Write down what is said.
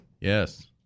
Yes